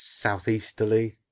Southeasterly